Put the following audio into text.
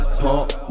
pump